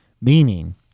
Meaning